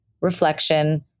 reflection